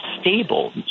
stable